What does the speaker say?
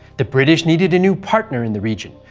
the british needed a new partner in the region,